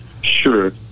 Sure